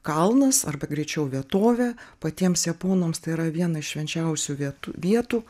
kalnas arba greičiau vietovė patiems japonams tai yra viena iš švenčiausių viet vietų